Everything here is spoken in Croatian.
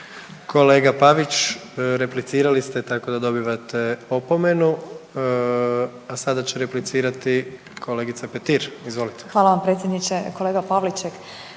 Kolega Pavić, replicirali ste tako da dobivate opomenu. A sada će replicirati kolegica Petir. Izvolite. **Petir, Marijana